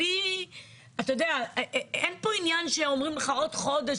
אין פה עניין שאומרים לך עוד חודש,